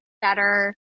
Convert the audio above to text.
better